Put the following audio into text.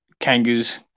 Kangas